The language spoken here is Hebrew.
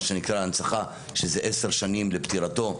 מה שנקרא הנצחה שזה עשר שנים לפטירתו,